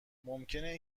ممکنه